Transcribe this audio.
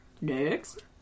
Next